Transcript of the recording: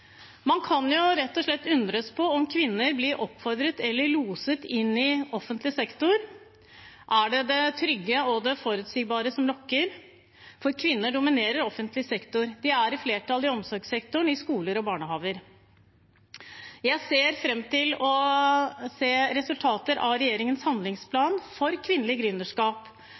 Man kan rett og slett undres over om kvinner blir oppfordret eller loset inn i offentlig sektor. Er det det trygge og det forutsigbare som lokker? Kvinner dominerer offentlig sektor, de er i flertall i omsorgssektoren og i skoler og barnehager. Jeg ser fram til å se resultater av regjeringens handlingsplan for kvinnelig